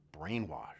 brainwashed